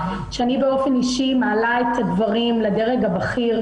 שאני באופן אישי מעלה את הדברים לדרג הבכיר,